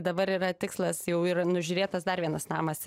dabar yra tikslas jau yra nužiūrėtas dar vienas namas